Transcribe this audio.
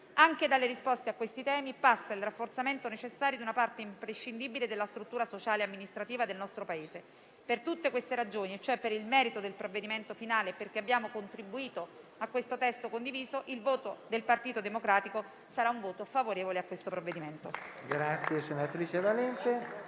Anche dalle risposte a questi temi passa il rafforzamento necessario di una parte imprescindibile della struttura sociale e amministrativa del nostro Paese. Per tutte queste ragioni, quindi per il merito del provvedimento finale e perché abbiamo contribuito a questo testo condiviso, il voto del Partito Democratico sul disegno di legge in esame